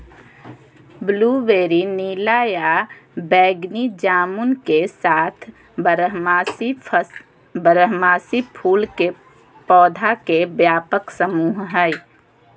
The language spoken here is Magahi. ब्लूबेरी नीला या बैगनी जामुन के साथ बारहमासी फूल के पौधा के व्यापक समूह हई